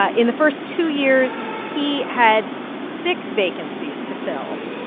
ah in the first two years, he had six vacancies to fill.